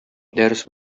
дәрес